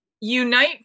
Unite